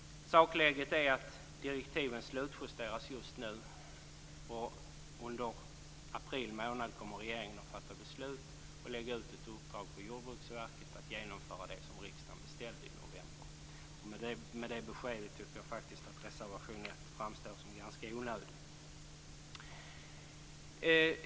Sakläget är att direktiven slutjusteras just nu, och under april månad kommer regeringen att fatta beslut och lägga ut ett uppdrag på Jordbruksverket att genomföra det som riksdagen beställde i november. Med det beskedet tycker jag faktiskt att reservation 1 framstår som ganska onödig.